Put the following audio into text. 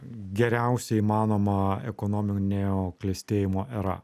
geriausia įmanoma ekonominio klestėjimo era